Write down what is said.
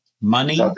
money